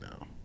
now